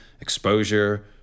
exposure